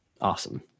awesome